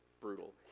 brutal